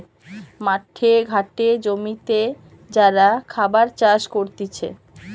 মাঠে ঘাটে জমিতে যারা খাবার চাষ করতিছে